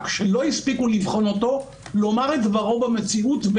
שלא הספיקו לבחון אותו לומר את דברו במציאות,